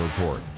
Report